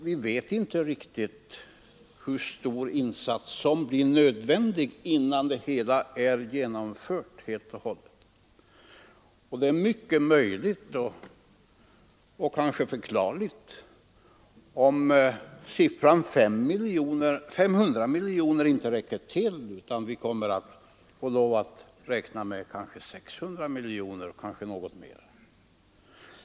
Vi vet inte riktigt hur stor insats som blir nödvändig innan projektet är genomfört helt och hållet. Det är mycket möjligt att 500 miljoner inte räcker till, utan att vi kommer att få räkna med 600 miljoner eller kanske något mer.